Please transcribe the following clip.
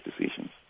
decisions